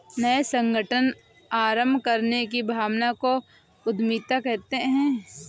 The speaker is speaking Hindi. नये संगठन आरम्भ करने की भावना को उद्यमिता कहते है